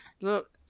look